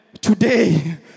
today